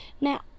Now